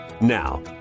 Now